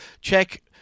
Check